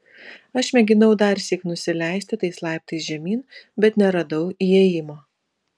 aš mėginau darsyk nusileisti tais laiptais žemyn bet neradau įėjimo